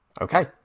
Okay